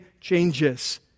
changes